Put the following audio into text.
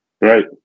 Right